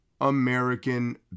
American